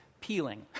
Peeling